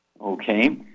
okay